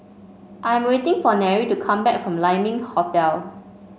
I am waiting for Nery to come back from Lai Ming Hotel